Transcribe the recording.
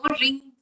ring